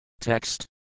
Text